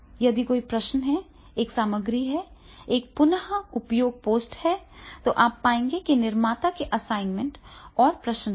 यदि कोई प्रश्न है एक सामग्री है एक पुन उपयोग पोस्ट है तो आप पाएंगे कि निर्माता के असाइनमेंट और प्रश्न हैं